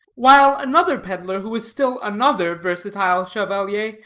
while another peddler, who was still another versatile chevalier,